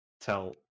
tell